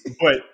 But-